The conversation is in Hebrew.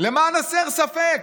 למען הסר ספק,